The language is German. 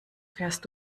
fährst